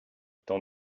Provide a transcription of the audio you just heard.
temps